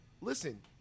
listen